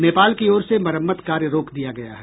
नेपाल की ओर से मरम्मत कार्य रोक दिया गया है